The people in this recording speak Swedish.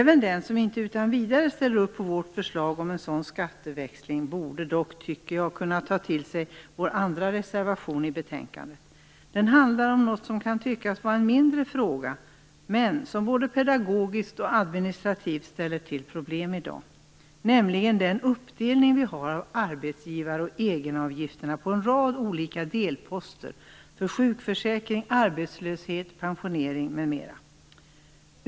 Även den som inte utan vidare ställer upp på vårt förslag om en sådan skatteväxling borde dock, tycker jag, kunna ta till sig vår andra reservation i betänkandet. Den handlar om något som kan tyckas vara en mindre fråga, men som både pedagogiskt och administrativt ställer till problem i dag. Det är den uppdelning vi har av arbetsgivar och egenavgifterna på en rad olika delposter för sjukförsäkring, arbetslöshet, pensionering, m.m.